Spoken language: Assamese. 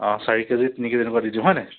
অঁ চাৰি কেজি তিনি কেজি তেনেকুৱা দি দিওঁ হয় নাই